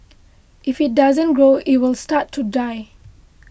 if it doesn't grow it will start to die